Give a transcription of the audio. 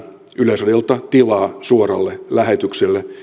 yleisradiolta tilaa suoralle lähetykselle